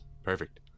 Perfect